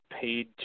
paid